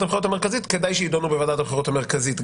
הבחירות המרכזית - כדאי שיידונו בוועדת הבחירות המרכזית,